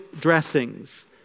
dressings